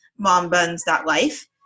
mombuns.life